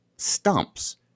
stumps